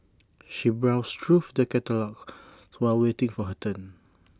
she browsed through the catalogues while waiting for her turn